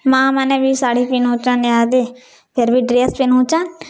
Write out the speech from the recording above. ମା'ମାନେ ବି ଶାଢ଼ୀ ପିନ୍ଧୁଚନ୍ ୟାଦେ ଫେର୍ ବି ଡ୍ରେସ୍ ପିନ୍ଧୁଚନ୍